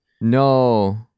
No